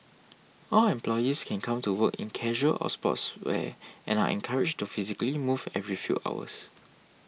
all employees can come to work in casual or sportswear and are encouraged to physically move every few hours